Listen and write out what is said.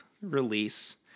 release